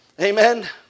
Amen